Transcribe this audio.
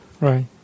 Right